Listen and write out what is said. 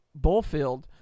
Bullfield